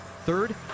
Third